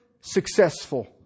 successful